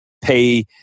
pay